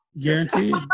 Guaranteed